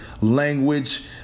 language